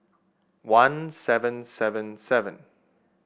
one seven seven seven